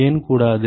ஏன் கூடாது